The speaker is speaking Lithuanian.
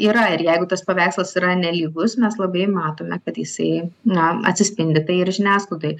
yra ir jeigu tas paveikslas yra nelygus mes labai matome kad jisai na atsispindi tai ir žiniasklaidoj